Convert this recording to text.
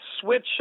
switch